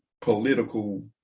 political